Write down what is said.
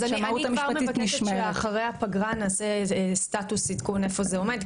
אז אני כבר מבקשת שאחרי הפגרה נעשה סטטוס עדכון לגבי איפה זה עומד,